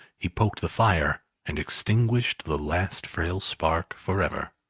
he poked the fire, and extinguished the last frail spark for ever.